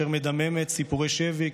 אשר מדממת סיפורי שבי,